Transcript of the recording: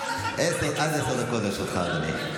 עד עשר דקות לרשותך, אדוני.